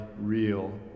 real